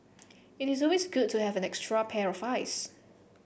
it is always good to have an extra pair of eyes